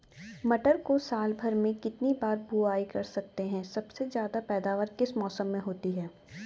मटर को साल भर में कितनी बार बुआई कर सकते हैं सबसे ज़्यादा पैदावार किस मौसम में होती है?